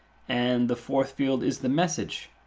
and the fourth field is the message.